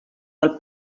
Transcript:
del